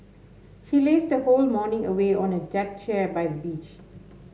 she lazed the whole morning away on a deck chair by the beach